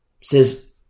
says